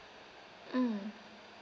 mm